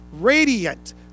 radiant